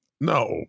No